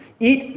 Eat